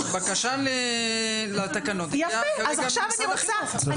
הבקשה לתקנות היא גם ממשרד החינוך.